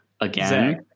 again